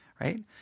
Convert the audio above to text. right